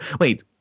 wait